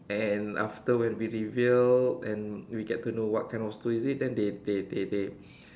and after when we reveal and we get to know what kind of stool is it then they they they they